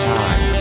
time